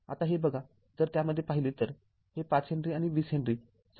आता हे बघा जर त्यामध्ये पाहिले तर हे ५ हेनरी आणि २० हेनरी समांतर आहेत